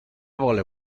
vole